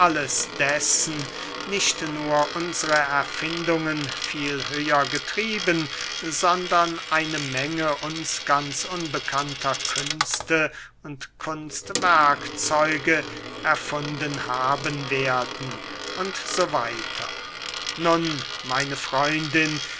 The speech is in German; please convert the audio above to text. dessen nicht nur unsre erfindungen viel höher getrieben sondern eine menge uns ganz unbekannter künste und kunstwerkzeuge erfunden haben werden u s w nun meine freundin